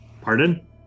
Pardon